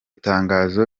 tangazo